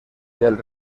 del